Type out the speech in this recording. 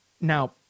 Now